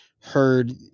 heard